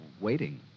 Waiting